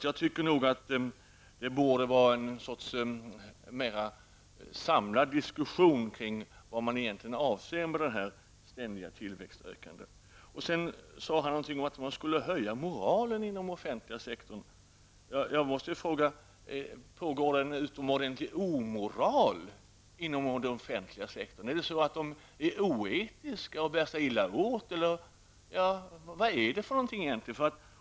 Jag tycker att det borde vara en mer samlad diskussion kring vad man egentligen avser med det här ständiga tillväxtökandet. Sedan sade Lars De Geer någonting om att man skulle höja moralen inom den offentliga sektorn. Då måste jag fråga: Råder det en utomordentlig omoral inom den offentliga sektorn? Är man där oetisk och bär sig illa åt? Vad är det för någonting egentligen?